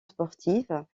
sportive